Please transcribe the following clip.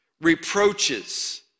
reproaches